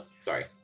sorry